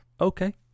Okay